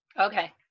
Okay